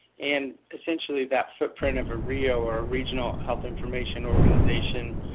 and essentially that footprint of a rhio, or regional health information organization,